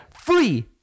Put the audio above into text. free